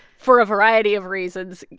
for a variety of reasons,